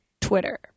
Twitter